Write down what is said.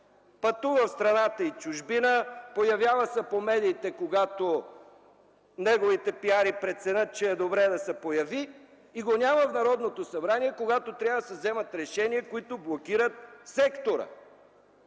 Пътува в страната и чужбина, появява се по медиите, когато неговите PR-и преценят, че е добре да се появи, и го няма в Народното събрание, когато трябва да се вземат решения, които блокират сектора.